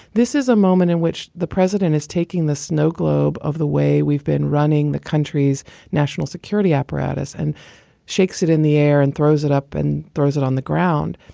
this is a moment in which the president is taking the snow globe of the way we've been running the country's national security apparatus and shakes it in the air and throws it up and throws it on the ground.